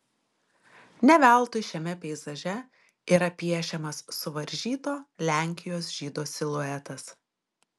ne veltui šiame peizaže yra piešiamas suvaržyto lenkijos žydo siluetas